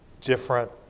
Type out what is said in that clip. different